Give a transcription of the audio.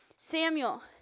Samuel